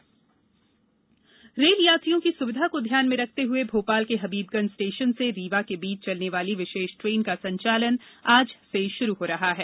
train संचालन rail यात्रियों की सुविधा को ध्यान में रखते हुए भोपाल के हबीबगंज स्टेशन से रीवा के बीच चलने वाली विशेष ट्रेन का संचालन आज से शुरू हो रहा है